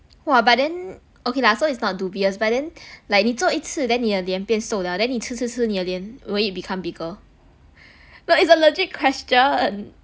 !wah! but then okay lah so it's not dubious but then like 你做一次 then 你的脸变瘦 liao then 你吃吃吃 then 你的脸 will it become bigger but it's a legit question